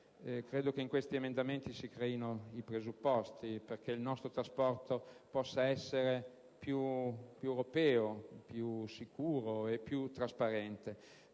regole. In questi emendamenti si creano i presupposti perché il nostro trasporto possa essere più europeo, più sicuro e più trasparente.